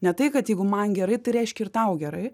ne tai kad jeigu man gerai tai reiškia ir tau gerai